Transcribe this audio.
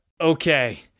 Okay